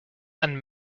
and